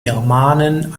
germanen